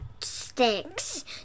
sticks